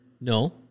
No